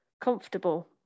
comfortable